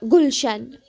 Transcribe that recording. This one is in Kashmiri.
گُلشَن